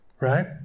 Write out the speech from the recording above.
Right